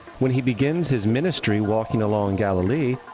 when he begins his ministry walking along galilei,